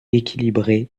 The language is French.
équilibré